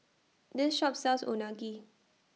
This Shop sells Unagi